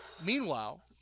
Meanwhile